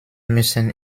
müssen